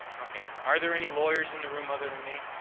okay, are there any lawyers in the room other than me?